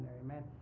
amen